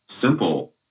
simple